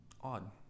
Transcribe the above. odd